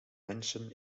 mansion